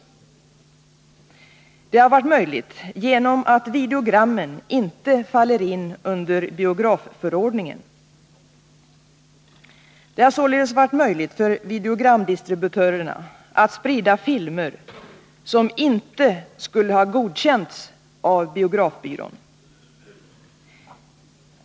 Detta har varit möjligt genom att videogrammen inte faller in under biografförordningen. Det har således varit möjligt för videogramdistributörerna att sprida filmer som inte skulle ha godkänts av biografbyrån.